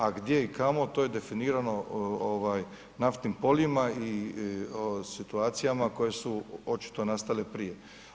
A gdje i kamo, to je definirano naftnim poljima i situacijama koje su očito nastale prije.